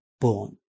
born